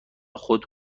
خود